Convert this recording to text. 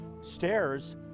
stairs